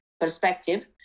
perspective